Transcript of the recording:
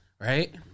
Right